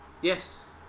Yes